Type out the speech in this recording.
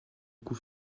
coup